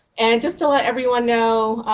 and just to let everyone know,